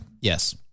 yes